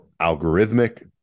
algorithmic